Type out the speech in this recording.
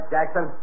Jackson